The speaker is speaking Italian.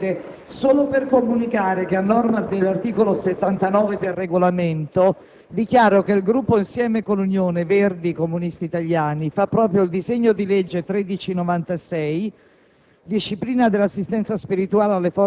intervengo solo per comunicare che, a norma dell'articolo 79 del Regolamento, il Gruppo Insieme con l'Unione-Verdi-Comunisti Italiani fa proprio il disegno di legge n. 1396